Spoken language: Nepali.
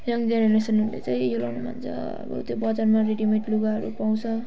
यङ जेनेरेसनहरूले चाहिँ यो लाऊँ भन्छ अब त्यो बजारमा रेडी मेड लुगाहरू पाउँछ